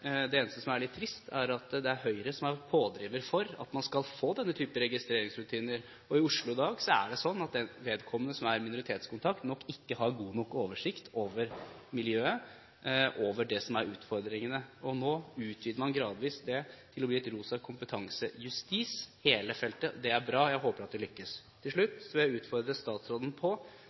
eneste som er litt trist, er at det er Høyre som er pådriver for at man skal få denne type registreringsrutiner. I Oslo i dag er det sånn at vedkommende som er minoritetskontakt, nok ikke har god nok oversikt over miljøet og utfordringene. Nå utvider man gradvis hele feltet til å bli en Rosa Kompetanse Justis. Det er bra. Jeg håper at det lykkes. Til slutt vil jeg utfordre statsråden på